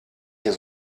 hier